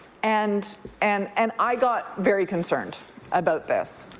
and and and i got very concerned about this.